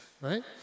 right